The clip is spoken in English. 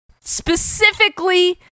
specifically